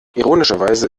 ironischerweise